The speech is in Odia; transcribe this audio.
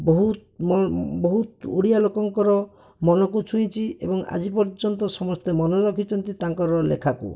ବହୁତ ବହୁତ ଓଡିଆ ଲୋକଙ୍କର ମନକୁ ଛୁଇଁଛି ଏବଂ ଆଜି ପର୍ଯ୍ୟନ୍ତ ସମସ୍ତେ ମନେ ରଖିଛନ୍ତି ତାଙ୍କର ଲେଖାକୁ